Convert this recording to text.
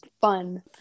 fun